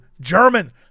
German